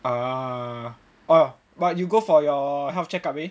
ah ah but you go for your health check up already